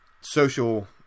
social